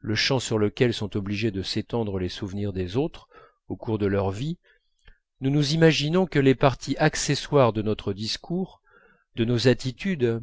le champ sur lequel sont obligés de s'étendre les souvenirs des autres au cours de leur vie nous nous imaginons que les parties accessoires de notre discours de nos attitudes